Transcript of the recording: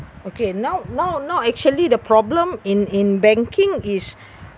okay now now now actually the problem in in banking is